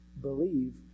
Believe